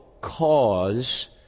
cause